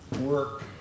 work